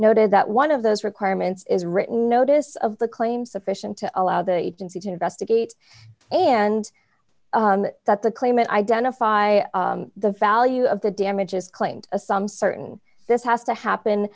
noted that one of those requirements is written notice of the claim sufficient to allow the agency to investigate and that the claimant identify the fallacy of the damages claimed a some certain this has to happen